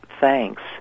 thanks